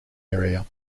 area